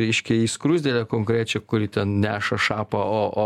reiškia į skruzdėlę konkrečią kuri ten neša šapą o o